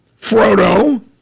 Frodo